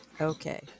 Okay